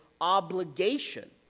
obligation